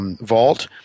Vault